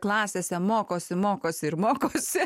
klasėse mokosi mokosi ir mokosi